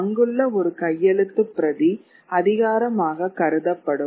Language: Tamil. அங்குள்ள ஒரு கையெழுத்துப் பிரதி அதிகாரமாக கருதப்படும்